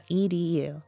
edu